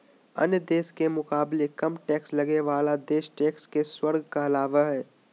अन्य देश के मुकाबले कम टैक्स लगे बाला देश टैक्स के स्वर्ग कहलावा हई